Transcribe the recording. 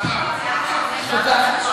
ועדת חוקה.